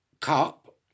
Cup